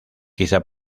quizá